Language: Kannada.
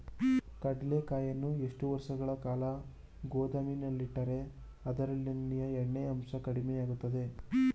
ಕಡ್ಲೆಕಾಯಿಯನ್ನು ಎಷ್ಟು ವರ್ಷಗಳ ಕಾಲ ಗೋದಾಮಿನಲ್ಲಿಟ್ಟರೆ ಅದರಲ್ಲಿಯ ಎಣ್ಣೆ ಅಂಶ ಕಡಿಮೆ ಆಗುತ್ತದೆ?